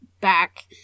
back